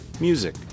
music